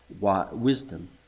wisdom